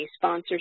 sponsors